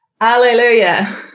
hallelujah